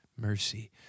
mercy